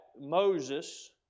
Moses